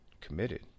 committed